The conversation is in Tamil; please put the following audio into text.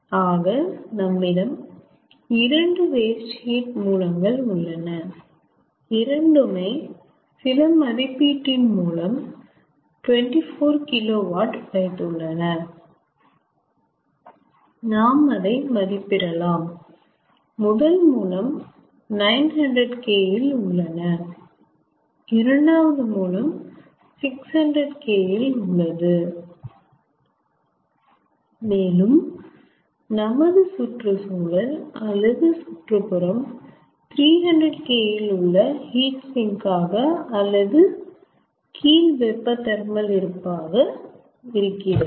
ஆகா நம்மிடம் 2 வேஸ்ட் ஹீட் மூலங்கள் உள்ளன இரண்டுமே சில மதிப்பீட்டின் மூலம் 24KW வைத்துள்ளன நாம் அதை மதிப்பிடலாம் முதல் மூலம் 900K இல் உள்ளன இரண்டாவது மூலம் 600K இல் உள்ளது மேலும் நமது சுற்றுசூழல் அல்லது சுற்றுப்புறம் 300K இல் உள்ள ஹீட் சிங்க் ஆக அல்லது கீழ் வெப்ப தெர்மல் இருப்பு ஆக இருக்கிறது